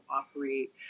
operate